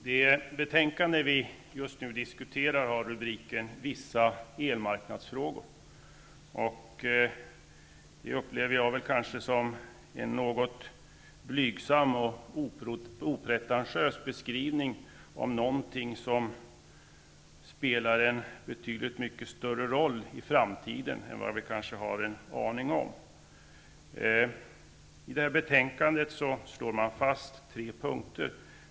Fru talman! Det betänkande som vi just nu diskuterar har rubriken Vissa elmarknadsfrågor. Jag upplever denna rubrik som en något blygsam och opretantiös beskrivning av någonting som kommer att spela en betydligt större roll i framtiden än vad vi kanske har en aning om i dag. I betänkandet slår man fast tre punkter.